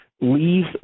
leave